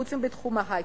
חוץ מבתחום ההיי-טק,